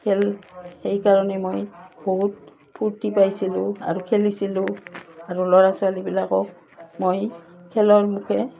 খেল সেইকাৰণে মই বহুত ফূৰ্তি পাইছিলোঁ আৰু খেলিছিলোঁ আৰু ল'ৰা ছোৱালীবিলাকক মই খেলৰ মুখে